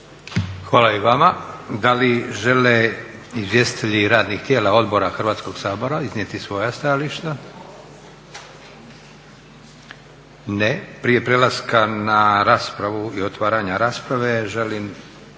Hvala i vama. Da li žele izvjestitelji radnih tijela odbora Hrvatskog sabora iznijeti svoja stajališta? Ne. Prije prelaska na raspravu i otvaranja rasprave želim